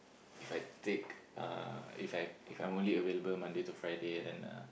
If I take uh If I If I only available Monday to Friday then uh